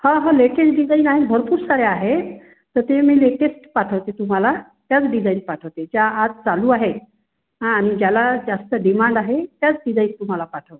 हां हां latest design आहे आणि भरपूर साऱ्या आहेत तर ते मी लेटेस्ट पाठवते तुम्हाला त्याच डिझाईन्स पाठवते ज्या आज चालू आहे हां आणि ज्याला जास्त डिमांड आहे त्याच डिझाईन्स तुम्हाला पाठवते